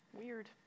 Weird